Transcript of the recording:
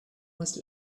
was